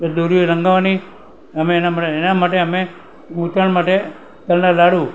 દોરીઓ રંગાવાની અમે એના માટે એના માટે અમે ઉત્તરાયણ માટે તલના લાડુ